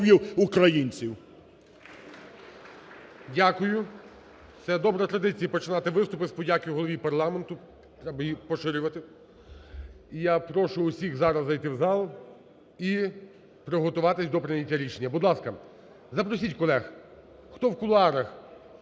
Дякую. Це добра традиція, починати виступи з подяки Голові і парламенту, треба їх поширювати. І я прошу усіх зараз зайти в зал і приготуватись до прийняття рішення. Будь ласка, запросіть колег, хто в кулуарах,